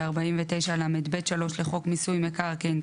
ו־49לב3 לחוק מיסוי מקרקעין,